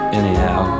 anyhow